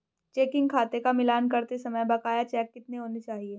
Checking खाते का मिलान करते समय बकाया चेक कितने होने चाहिए?